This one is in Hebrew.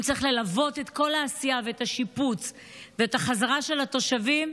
אם צריך ללוות את כל העשייה ואת השיפוץ ואת החזרה של התושבים,